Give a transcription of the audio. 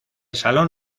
salón